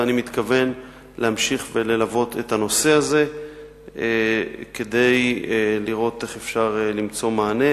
ואני מתכוון להמשיך וללוות את הנושא הזה כדי לראות איך אפשר למצוא מענה.